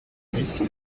dix